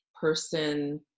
person